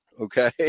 okay